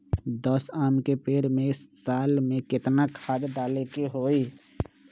दस आम के पेड़ में साल में केतना खाद्य डाले के होई?